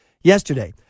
yesterday